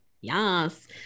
Yes